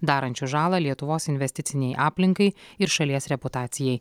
darančiu žalą lietuvos investicinei aplinkai ir šalies reputacijai